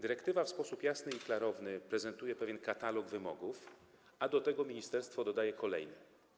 Dyrektywa w sposób jasny i klarowny prezentuje pewien katalog wymogów, a do tego ministerstwo dodaje kolejne.